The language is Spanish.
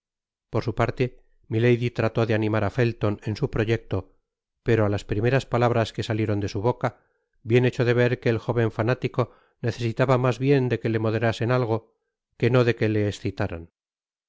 por su parte milady trató de animar á felton en su proyecto pero á las primeras palabras que salieron de su boca bien echó de ver que el jóven fanático necesitaba mas bien de que le moderasen algo que no de que le escitaran